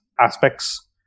aspects